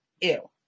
ew